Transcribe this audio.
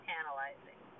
analyzing